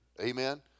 Amen